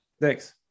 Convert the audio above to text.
Thanks